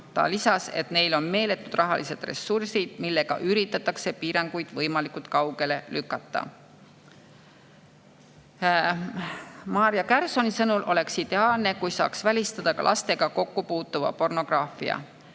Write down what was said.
ta lisas, et neil on meeletud rahalised ressursid, millega üritatakse piirangute [kehtestamist] võimalikult kaugele lükata. Maarja Kärsoni sõnul oleks ideaalne, kui saaks välistada laste kokkupuute pornograafiaga.